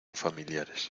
familiares